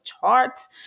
charts